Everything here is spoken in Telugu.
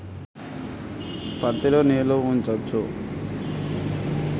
పత్తి లో నీళ్లు ఉంచచ్చా?